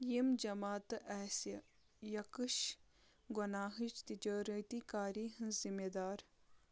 یِم جماعتہٕ آسہِ یکش گۄناہٕچ تجٲرتی کٲری ہِنٛز ذِمہٕ دار